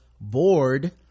bored